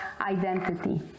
identity